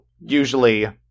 usually